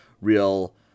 real